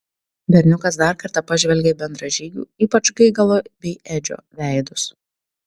berniukas dar kartą pažvelgė į bendražygių ypač gaigalo bei edžio veidus